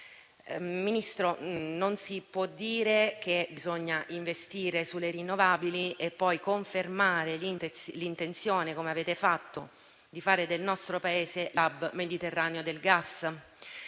Ministro, non si può dire che bisogna investire sulle rinnovabili e poi confermare l'intenzione - come avete fatto - di fare del nostro Paese l'*hub* mediterraneo del gas.